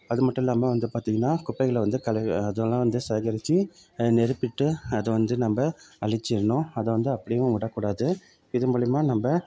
அது மட்டும் இல்லாமல் வந்து பார்த்தீங்கன்னா குப்பைகளை வந்து களை அதுலெல்லாம் வந்து சேகரித்து நெருப்பிட்டு அதை வந்து நம்ம அழிச்சிர்ணும் அதை வந்து அப்படியேவும் விடக் கூடாது இது மூலிமா நம்ம